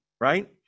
right